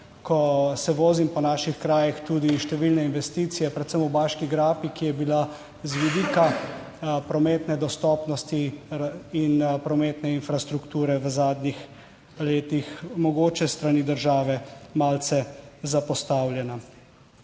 (TB) - 12.10** (nadaljevanje) investicije, predvsem v Baški grapi, ki je bila z vidika prometne dostopnosti in prometne infrastrukture v zadnjih letih mogoče s strani države malce zapostavljena.